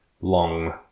long